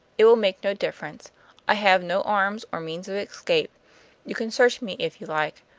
it will make no difference i have no arms or means of escape you can search me if you like.